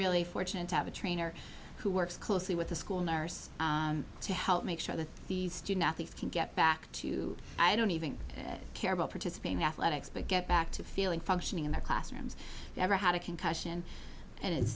really fortunate to have a trainer who works closely with the school nurse to make sure that these student athletes can get back to i don't even care about participating in athletics but get back to feeling functioning in their classrooms never had a concussion and it's